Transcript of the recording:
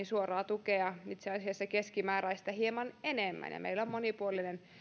suoraa tukea itse asiassa keskimääräistä hieman enemmän ja meillä on monipuolinen